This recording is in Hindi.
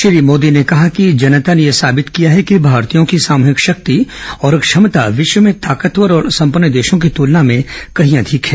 श्री मोदी ने कहा कि जनता ने यह साबित किया है कि भारतीयों की सामूहिक शक्ति और क्षमता विश्व के ताकतवर और सम्पन्न देशों की तुलना में कहीं अधिक है